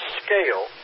scale